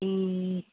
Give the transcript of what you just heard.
ए